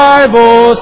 Bible